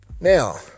now